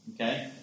Okay